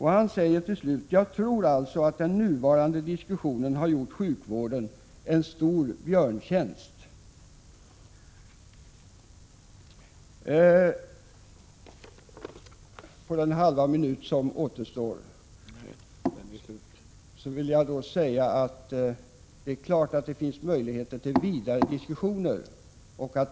Han har uttalat: Jag tror alltså att den nuvarande diskussionen har gjort sjukvården en stor björntjänst. Jag vill till sist säga att det naturligtvis finns möjligheter till vidare diskussioner.